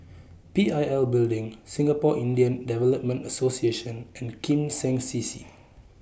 P I L Building Singapore Indian Development Association and Kim Seng C C